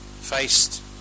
faced